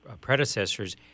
predecessors